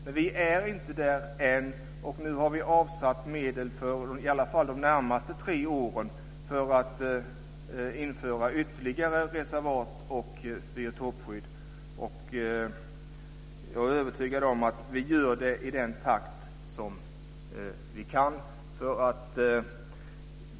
Men vi är inte där än, och nu har vi i alla fall avsatt medel för de närmaste tre åren för att införa ytterligare reservat och biotopskydd. Och jag är övertygad om att vi gör det i den takt som vi kan.